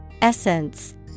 Essence